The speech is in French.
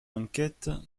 enquête